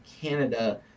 Canada